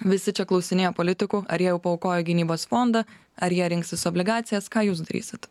visi čia klausinėja politikų ar jie jau paaukojo į gynybos fondą ar jie rinksis obligacijas ką jūs darysit